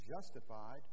justified